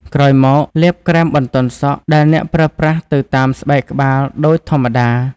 ក្រោយមក លាបក្រែមបន្ទន់សក់ដែលអ្នកប្រើប្រាស់ទៅតាមស្បែកក្បាលដូចធម្មតា។